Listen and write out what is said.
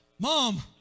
Mom